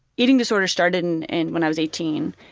eating disorder started and and when i was eighteen.